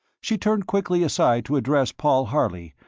she turned quickly aside to address paul harley,